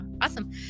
awesome